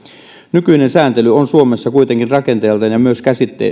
nykyinen sääntely on suomessa kuitenkin rakenteeltaan ja myös